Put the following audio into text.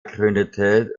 gründete